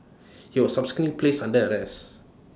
he was subsequently placed under arrest